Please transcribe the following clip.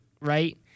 right